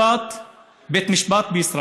בית המשפט הזה